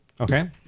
Okay